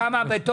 אז